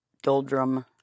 Doldrum